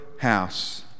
house